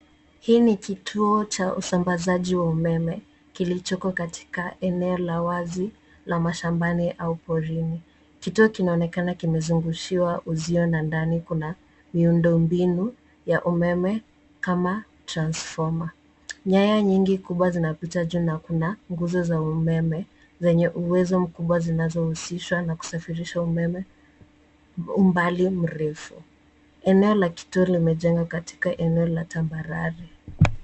Hii ni kituo cha usambazaji wa umeme kilichoko katika eneo la wazi la mashambani au porini. Kituo kinaonekana kimezungushiwa uzio na ndani kuna miundo mbinu ya umeme kama cs[transformer]cs. Nyaya nyingi kubwa zinapita juu na kuna nguzo za umeme zenye uwezo mkubwa zinazohusishwa na kusafirisha umeme umbali mrefu. Eneo la kituo limejengwa katika eneo la tambarare.